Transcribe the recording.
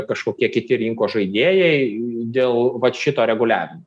kažkokie kiti rinkos žaidėjai dėl vat šito reguliavimo